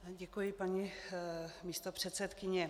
Děkuji, paní místopředsedkyně.